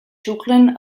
xuclen